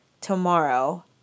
tomorrow